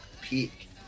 peak